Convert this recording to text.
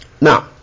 Now